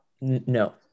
no